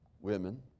women